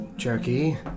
Jerky